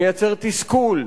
מייצר תסכול.